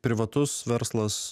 privatus verslas